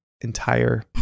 entire